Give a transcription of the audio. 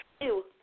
Ew